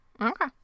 okay